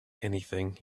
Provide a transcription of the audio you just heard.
anything